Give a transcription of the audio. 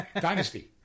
Dynasty